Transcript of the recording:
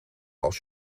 als